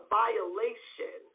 violation